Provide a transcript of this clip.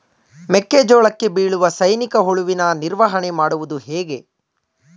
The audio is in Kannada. ಮೆಕ್ಕೆ ಜೋಳಕ್ಕೆ ಬೀಳುವ ಸೈನಿಕ ಹುಳುವಿನ ನಿರ್ವಹಣೆ ಮಾಡುವುದು ಹೇಗೆ?